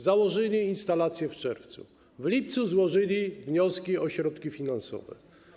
Założyli instalacje w czerwcu, w lipcu złożyli wnioski o środki finansowe.